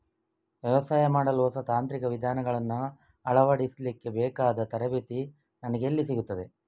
ವ್ಯವಸಾಯ ಮಾಡಲು ಹೊಸ ತಾಂತ್ರಿಕ ವಿಧಾನಗಳನ್ನು ಅಳವಡಿಸಲಿಕ್ಕೆ ಬೇಕಾದ ತರಬೇತಿ ನನಗೆ ಎಲ್ಲಿ ಸಿಗುತ್ತದೆ?